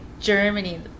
Germany